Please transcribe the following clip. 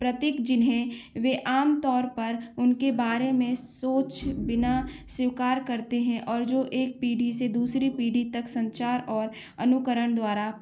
प्रतीक जिन्हें वे आमतौर पर उनके बारे में सोच बिना स्वीकार करते हैं और जो एक पीढ़ी से दूसरी पीढ़ी तक संचार और अनुकरण द्वारा